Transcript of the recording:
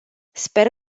sper